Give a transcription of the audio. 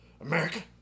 America